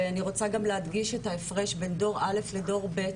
ואני רוצה גם להדגיש את ההפרש בין דור א' לדור ב',